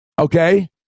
Okay